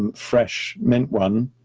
and fresh mint one,